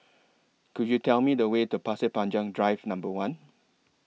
Could YOU Tell Me The Way to Pasir Panjang Drive Number one